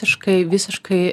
taškai visiškai